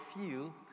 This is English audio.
feel